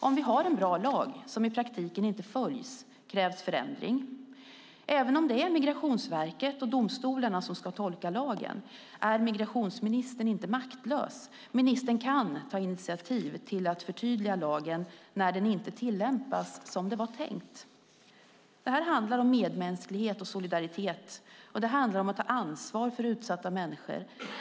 Om vi har en bra lag som i praktiken inte följs krävs förändring. Även om det är Migrationsverket och domstolarna som ska tolka lagen är migrationsministern inte maktlös. Ministern kan ta initiativ till att förtydliga lagen när den inte tillämpas som det var tänkt. Det handlar om medmänsklighet och solidaritet, och det handlar om att ta ansvar för utsatta människor.